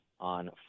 On